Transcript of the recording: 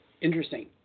Interesting